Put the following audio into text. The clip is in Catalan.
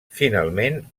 finalment